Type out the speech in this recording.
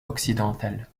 occidental